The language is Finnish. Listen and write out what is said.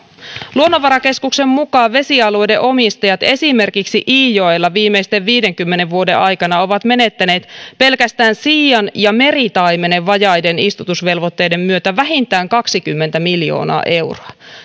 luonnonvarakeskuksen mukaan vesialueiden omistajat esimerkiksi iijoella viimeisen viidenkymmenen vuoden aikana ovat menettäneet pelkästään siian ja meritaimenen vajaiden istutusvelvoitteiden myötä vähintään kaksikymmentä miljoonaa euroa